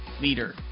Leader